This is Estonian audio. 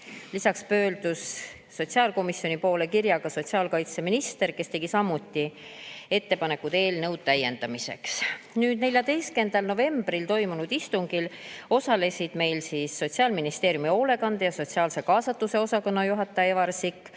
Lisaks pöördus sotsiaalkomisjoni poole kirjaga sotsiaalkaitseminister, kes tegi samuti ettepanekuid eelnõu täiendamiseks. 14. novembril toimunud istungil osalesid meil Sotsiaalministeeriumi hoolekande ja sotsiaalse kaasatuse osakonna juhataja Ivar Sikk,